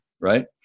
right